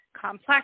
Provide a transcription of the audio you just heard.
complex